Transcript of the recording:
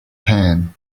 pan